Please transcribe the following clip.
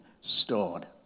stored